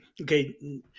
okay